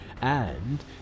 and